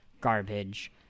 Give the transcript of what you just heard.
garbage